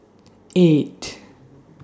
eight